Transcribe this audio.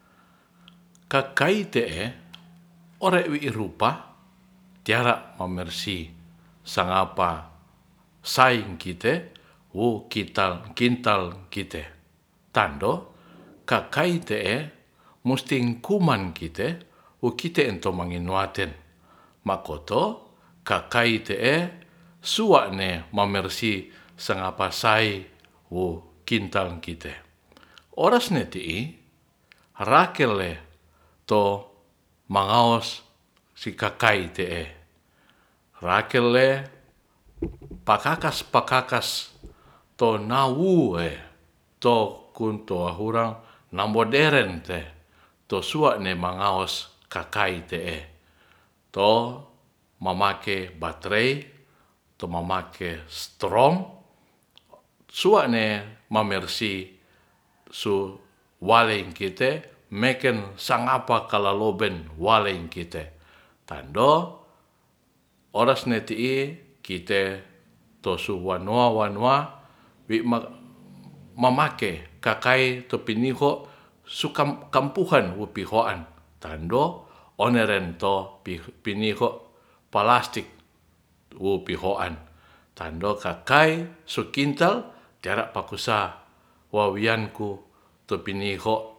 Takai te'e ore wi i rupa tiara m. amersih sangapa saing kite wu kital kintal kite tando kakai te'e musti kuman kite owu kite en tomangenoaten makoto kakai te'e sua'ne mamersih sengapa sai wo kintal kite ores ne ti'i rakel le to mangaos sikakai 'te'e rakel le pakakas-pakakas tonawu e to kun toa hurang na moderen te to sua'ne mangaos kakai te'e to mamake batrei to mamake stoeom sua'ne mamersih su walei kite meken sangapa kalaloben walei kite tando ores ni ti'i kite to suwanoa wanoa wi mamake kakae tu piniho sukam kampuhan wupihoan tando oneren to piniho palastik wu pi hoan tando kakai sukintal tera pakusa wawianku tu piniho